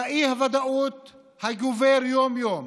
באי-ודאות הגוברת יום-יום